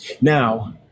now